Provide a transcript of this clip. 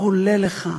עולה לכאן,